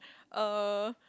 uh